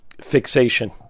fixation